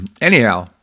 Anyhow